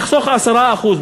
תחסוך 10% בביטחון.